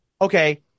Okay